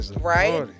right